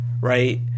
right